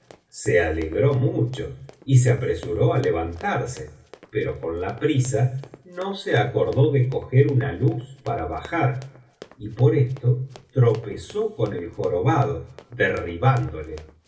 se alegró mucho y se apresuró á levantarse pero con la prisa no se acordó de coger una luz para bajar y por esto tropezó con el jorobado derribándole